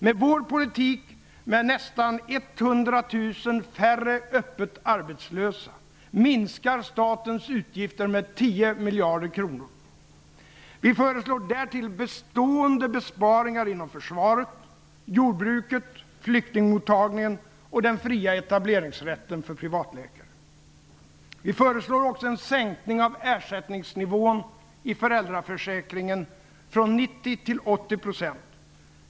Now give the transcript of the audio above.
Med vår politik, med nästan 100 000 färre öppet arbetslösa, minskar statens utgifter med 10 Vi föreslår därtill bestående besparingar inom försvaret, jordbruket, flyktingmottagningen och den fria etableringsrätten för privatläkare. Vi föreslår också en sänkning av ersättningsnivån i föräldraförsäkringen från 90 % till 80.